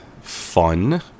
fun